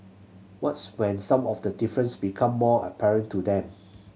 what's when some of the difference become more apparent to them